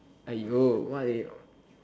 !aiyo! why